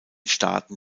staaten